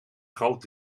groot